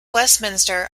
westminster